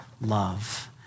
love